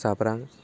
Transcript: जाब्रां